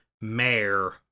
mayor